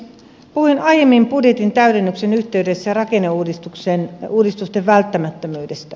puhuin aiemmin budjetin täydennyksen yhteydessä rakenneuudistusten välttämättömyydestä